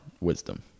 wisdom